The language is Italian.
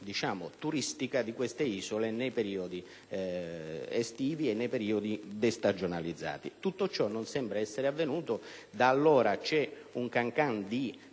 fruizione turistica di quelle isole nei periodi estivi e destagionalizzati. Tutto ciò non sembra essere avvenuto. Da allora c'è un *can-can* di